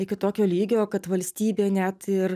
iki tokio lygio kad valstybė net ir